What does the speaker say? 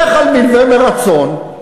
לך על מלווה מרצון,